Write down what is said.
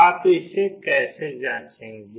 आप इसे कैसे जाँचेंगे